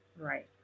Right